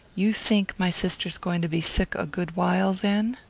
you think my sister's going to be sick a good while, then?